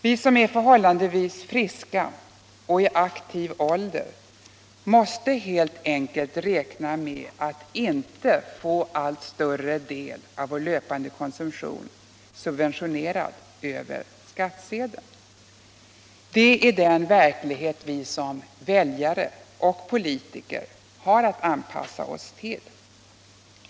Vi som är förhållandevis friska och i aktiv ålder måste helt enkelt räkna med att inte få allt större del av vår löpande konsumtion subventionerad över skattsedeln. Detta är den verklighet vi som väljare och politiker har att anpassa oss till.